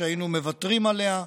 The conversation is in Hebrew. שהיינו מוותרים עליה,